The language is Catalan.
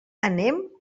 anem